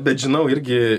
bet žinau irgi